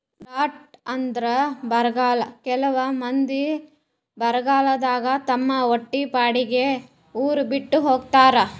drought ಅಂದ್ರ ಬರ್ಗಾಲ್ ಕೆಲವ್ ಮಂದಿ ಬರಗಾಲದಾಗ್ ತಮ್ ಹೊಟ್ಟಿಪಾಡಿಗ್ ಉರ್ ಬಿಟ್ಟ್ ಹೋತಾರ್